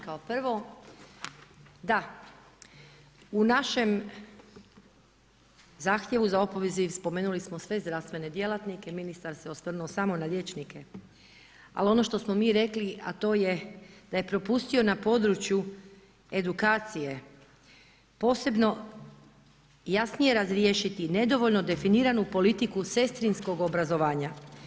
Kao prvo, da, u našem zahtjevu za opoziv spomenuli smo sve zdravstvene djelatnike, ministar se osvrnuo samo na liječnike ali ono što smo mi rekli a to je da je propustio na području edukacije posebno jasnije razriješiti nedovoljno definiranu politiku sestrinskog obrazovanja.